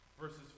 verses